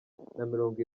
mirongo